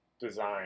design